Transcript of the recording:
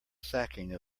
sacking